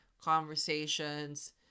conversations